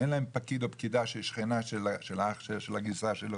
אין להם פקיד או פקידה שהיא שכנה של האח של הגיסה שלו.